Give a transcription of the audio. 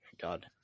God